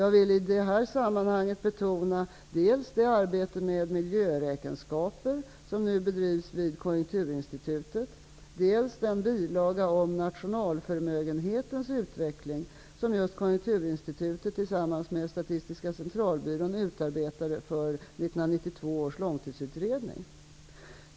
Jag vill i det här sammanhanget betona dels det arbete med miljöräkenskaper som nu bedrivs vid Konjunkturinstitutet, dels den bilaga om nationalförmögenhetens utveckling som just KI tillsammans med Statistiska centralbyrån utarbetade för 1992 års långtidsutredning.